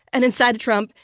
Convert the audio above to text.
and inside trump,